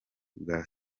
bwa